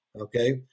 okay